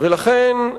ולכן,